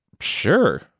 Sure